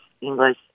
English